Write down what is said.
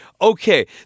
Okay